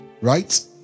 Right